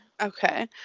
Okay